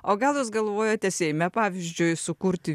o gal jūs galvojate seime pavyzdžiui sukurti